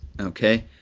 Okay